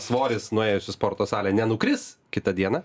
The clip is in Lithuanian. svoris nuėjus į sporto salę nenukris kitą dieną